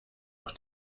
auch